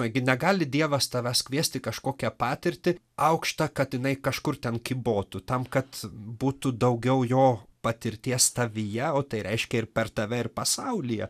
nagi negali dievas tavęs kviesti į kažkokią patirtį aukštą kad jinai kažkur ten kybotų tam kad būtų daugiau jo patirties tavyje o tai reiškia ir per tave ir pasaulyje